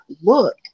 look